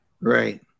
Right